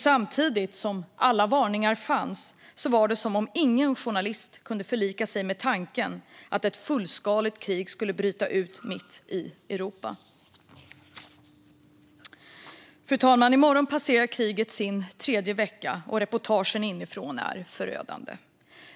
Samtidigt som alla varningar fanns var det nämligen som om ingen journalist kunde förlika sig med tanken att ett fullskaligt krig skulle kunna bryta ut mitt i Europa. Fru talman! I morgon passerar kriget sin tredje vecka, och reportagen inifrån är förödande.